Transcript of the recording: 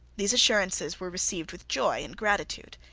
these assurances were received with joy and gratitude.